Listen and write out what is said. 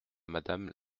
madame